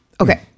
Okay